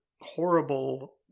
horrible